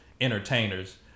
entertainers